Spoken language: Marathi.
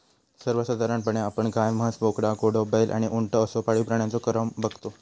सर्वसाधारणपणे आपण गाय, म्हस, बोकडा, घोडो, बैल आणि उंट असो पाळीव प्राण्यांचो क्रम बगतो